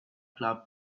club